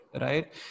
right